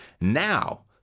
Now